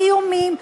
איומים,